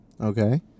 Okay